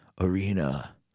Arena